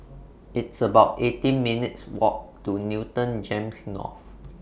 It's about eighteen minutes' Walk to Newton Gems North